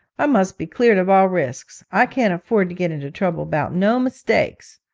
i must be cleared of all risks. i can't afford to get into trouble about no mistakes.